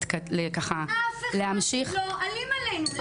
אף אחד לא אלים אלינו.